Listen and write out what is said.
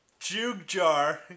Jugjar